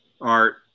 art